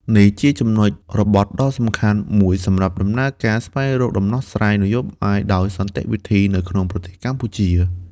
នេះជាចំណុចរបត់ដ៏សំខាន់មួយសម្រាប់ដំណើរការស្វែងរកដំណោះស្រាយនយោបាយដោយសន្តិវិធីនៅក្នុងប្រទេសកម្ពុជា។